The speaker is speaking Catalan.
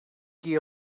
qui